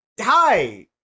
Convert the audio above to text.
hi